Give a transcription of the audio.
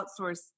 outsource